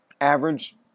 average